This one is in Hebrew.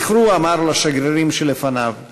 זכרו, הוא אמר לשגרירים שלפניו,